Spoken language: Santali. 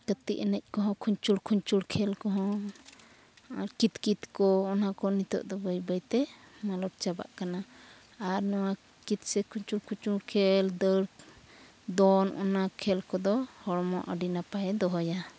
ᱜᱟᱛᱮ ᱮᱱᱮᱡ ᱠᱚᱦᱚᱸ ᱠᱷᱩᱧᱪᱩᱲ ᱠᱷᱩᱧᱪᱩᱲ ᱠᱷᱮᱞ ᱠᱚᱦᱚᱸ ᱟᱨ ᱠᱤᱛ ᱠᱤᱛ ᱠᱚ ᱚᱱᱟ ᱠᱚ ᱱᱤᱛᱚᱜ ᱫᱚ ᱵᱟᱹᱭ ᱵᱟᱹᱭ ᱛᱮ ᱢᱟᱞᱚᱴ ᱪᱟᱵᱟᱜ ᱠᱟᱱᱟ ᱟᱨ ᱱᱚᱣᱟ ᱠᱤᱛ ᱠᱤᱛ ᱥᱮ ᱠᱷᱩᱧᱪᱩᱲ ᱠᱷᱩᱧᱪᱩᱲ ᱠᱷᱮᱞ ᱫᱟᱹᱲ ᱫᱚᱱ ᱚᱱᱟ ᱠᱷᱮᱞ ᱠᱚᱫᱚ ᱦᱚᱲᱢᱚ ᱟᱹᱰᱤ ᱱᱟᱯᱟᱭᱮ ᱫᱚᱦᱚᱭᱟᱭ